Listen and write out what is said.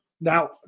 Now